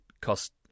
cost